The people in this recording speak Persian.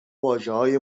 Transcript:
واژههای